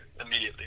immediately